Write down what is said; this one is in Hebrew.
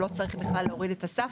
לא צריך בכלל להוריד את הסף,